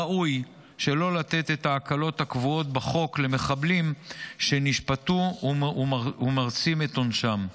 ראוי שלא לתת את ההקלות הקבועות בחוק למחבלים שנשפטו ומרצים את עונשם.